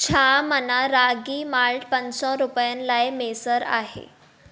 छा माना रागी माल्ट पंज सौ रुपियनि लाइ मुयसरु आहे